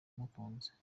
mukunze